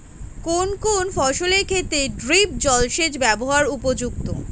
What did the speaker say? কোন কোন ফসলের ক্ষেত্রে ড্রিপ জলসেচ ব্যবস্থা উপযুক্ত?